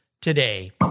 today